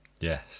Yes